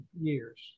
years